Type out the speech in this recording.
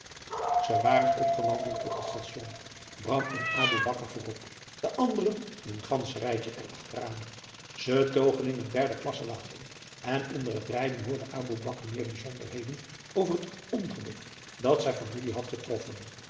ze waren opgewandeld tot het station bram en aboe bakar voorop de anderen in een ganzenrijtje erachter aan ze togen in een derde klasse waggon en onder het rijden hoorde aboe bakar meer bijzonderheden over het ongeluk dat zijn familie had getroffen